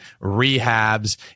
rehabs